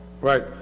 Right